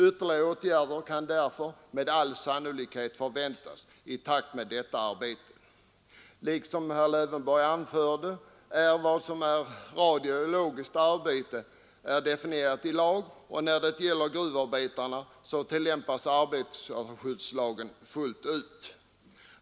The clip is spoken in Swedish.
Ytterligare åtgärder kan därför med all sannolikhet förväntas i takt med detta arbete. Som herr Lövenborg anförde är frågan vad som är radiologiskt arbete definierat i lag, och när det gäller gruvarbetarna tillämpas arbetarskyddslagen fullt ut.